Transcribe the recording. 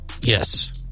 Yes